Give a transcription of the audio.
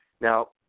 Now